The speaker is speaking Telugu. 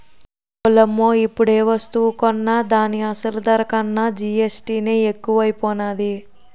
ఓలమ్మో ఇప్పుడేవస్తువు కొన్నా దాని అసలు ధర కన్నా జీఎస్టీ నే ఎక్కువైపోనాది